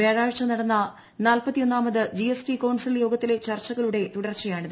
വ്യാഴാഴ്ച നടന്ന നാല്പത്തിയൊന്നാമത് ജിഎസ്ടി കൌൺസിൽ യോഗത്തി ലെ ചർച്ചുകളുടെ തുടർച്ചയായാണിത്